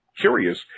curious